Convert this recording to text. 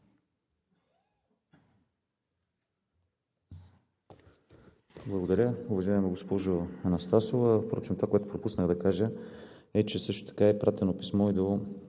Благодаря. Уважаема госпожо Анастасова, впрочем това, което пропуснах да кажа, е, че също така е изпратено писмо и до